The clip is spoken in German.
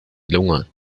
lunge